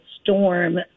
storm